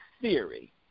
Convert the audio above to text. theory